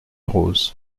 roses